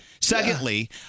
Secondly